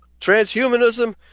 Transhumanism